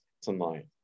tonight